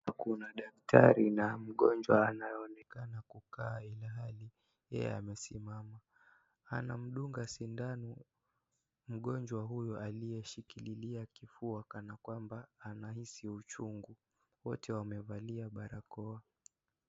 Hapa kuna daktari na mgonjwa anayeonekana kukaa ilhali yeye amesimama. Anamdunga sindano mgonjwa huyo aloyeshikililia kifua kana kwamba anahisi uchungu. Wote wamevalia barakoa.